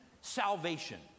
salvation